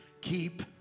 keep